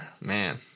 man